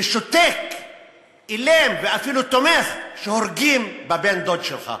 ושותק, אילם, ואפילו תומך, כשהורגים בן-דוד שלך.